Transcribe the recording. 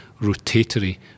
rotatory